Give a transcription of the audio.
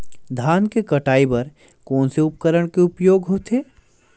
धान के कटाई बर कोन से उपकरण के उपयोग होथे?